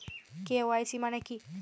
KYC মানে কী?